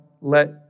let